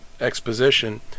exposition